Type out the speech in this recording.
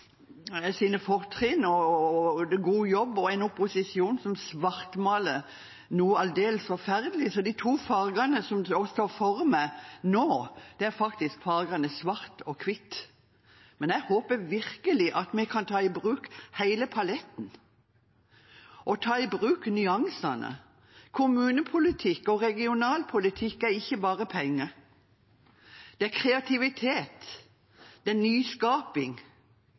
fortrinn og sin gode jobb, og en opposisjon som svartmaler noe aldeles forferdelig. De to fargene som står for meg nå, er svart og hvitt, men jeg håper virkelig vi kan ta i bruk hele paletten, ta i bruk nyansene. Kommune- og regionalpolitikk er ikke bare penger, det er kreativitet, nyskaping